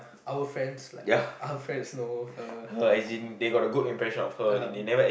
our friends like our friends know her